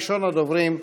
ראשון הדוברים,